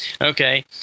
Okay